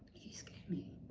you scare me.